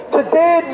Today